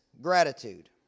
gratitude